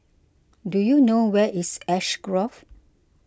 do you know where is Ash Grove